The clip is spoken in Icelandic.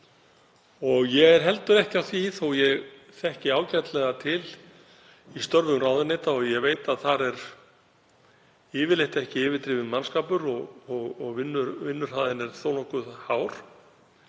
Ég er heldur ekki á því, þó að ég þekki ágætlega til í störfum ráðuneyta og veit að þar er yfirleitt ekki yfirdrifinn mannskapur og vinnuhraðinn er þó nokkuð